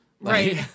Right